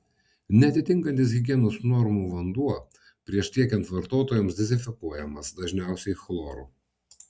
neatitinkantis higienos normų vanduo prieš tiekiant vartotojams dezinfekuojamas dažniausiai chloru